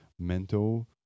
mental